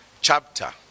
chapter